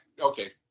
okay